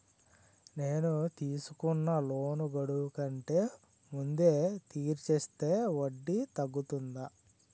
నేను తీసుకున్న లోన్ గడువు కంటే ముందే తీర్చేస్తే వడ్డీ తగ్గుతుందా?